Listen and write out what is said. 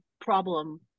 problem